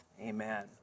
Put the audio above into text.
Amen